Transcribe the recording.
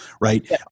right